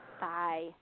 Bye